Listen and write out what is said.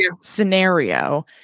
scenario